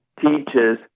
teaches